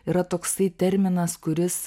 yra toks terminas kuris